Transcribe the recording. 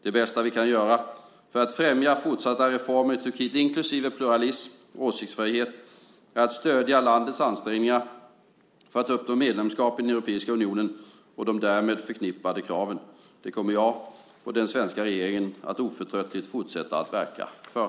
Det bästa vi kan göra för att främja fortsatta reformer i Turkiet, inklusive pluralism och åsiktsfrihet, är att stödja landets ansträngningar för att uppnå medlemskap i den europeiska unionen och de därmed förknippade kraven. Det kommer jag och den svenska regeringen att oförtröttligt fortsätta att verka för.